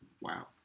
Wow